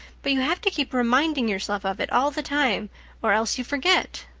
but you have to keep reminding yourself of it all the time or else you forget.